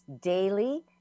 daily